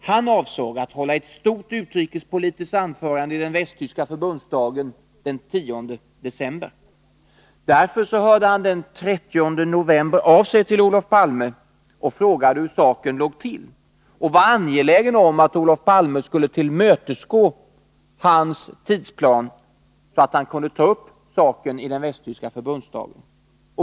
Han avsåg att hålla ett stort utrikespolitiskt anförande i den västtyska förbundsdagen den 10 december. Därför hörde han den 30 november av sig till Olof Palme och frågade hur saken låg till. Han var angelägen om att Olof Palme skulle tillmötesgå hans tidsplan, så att han kunde ta upp saken i den västtyska förbundsdagen.